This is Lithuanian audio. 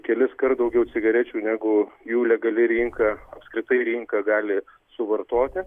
keliskart daugiau cigarečių negu jų legali rinka apskritai rinka gali suvartoti